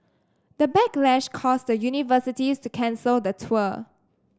the backlash caused the universities to cancel the tour